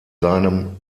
seinem